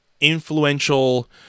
influential